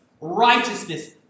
righteousness